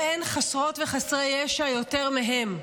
והם חסרות וחסרי ישע יותר מהם.